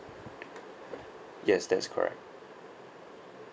yes that is correct